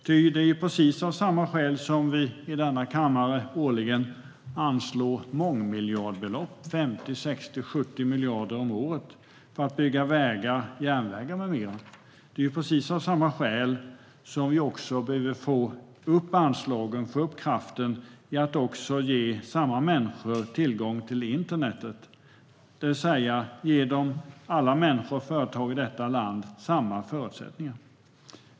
Ty, det är ju av samma skäl vi i denna kammare årligen anslår mångmiljardbelopp - 50, 60 och 70 miljarder om året - för att bygga vägar, järnvägar, med mera. Det är av precis samma skäl som vi också behöver få upp anslagen och kraften och ge samma människor tillgång till internet. Det handlar om att ge alla människor och företag i detta land samma förutsättningar.